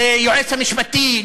ליועץ המשפטי,